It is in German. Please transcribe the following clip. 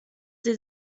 sie